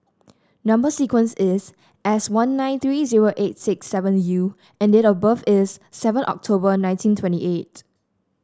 number sequence is S one nine three zero eight six seven U and date of birth is seven October nineteen twenty eight